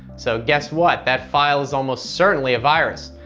so guess what, that file is almost certainly a virus.